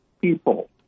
people